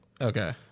Okay